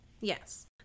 Yes